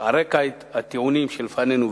"על רקע הטיעונים שלפנינו,